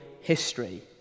history